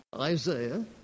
Isaiah